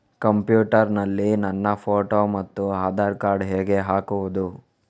Computer ನಲ್ಲಿ ನನ್ನ photo ಮತ್ತು ಆಧಾರ್ ಕಾರ್ಡ್ ಹೇಗೆ ಹಾಕುವುದು?